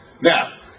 Now